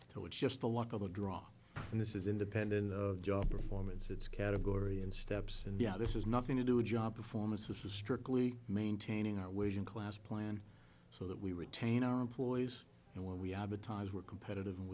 so it's just the luck of the draw and this is independent of job performance it's category and steps and yeah this is nothing to do with job performance this is strictly maintaining our wage and class plan so that we retain our employees and we advertise we're competitive and